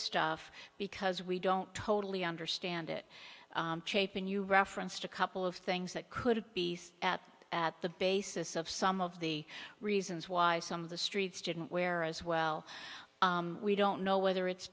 stuff because we don't totally understand it when you referenced a couple of things that could be at the basis of some of the reasons why some of the streets didn't where as well we don't know whether it's